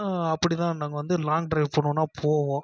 அப்படிதான் நம்ம வந்து லாங்க் டிரைவ் போணுன்னா போவோம்